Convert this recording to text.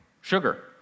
sugar